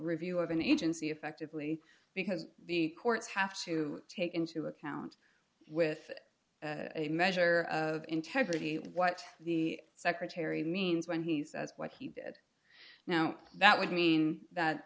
review of an agency effectively because the courts have to take into account with a measure of integrity what the secretary means when he says what he did now that would mean that